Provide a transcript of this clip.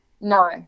No